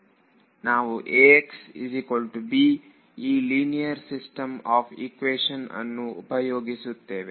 ನಾವು ಈ linear system of equation ಅನ್ನು ಉಪಯೋಗಿಸುತ್ತೇವೆ